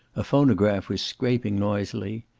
a phonograph was scraping noisily.